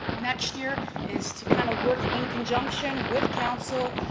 next year, is to kind of work in conjunction with council,